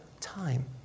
time